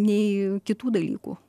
nei kitų dalykų